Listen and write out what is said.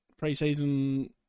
preseason –